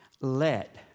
let